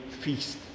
feast